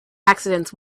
accidents